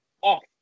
off